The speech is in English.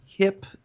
Hip